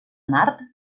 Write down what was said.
mart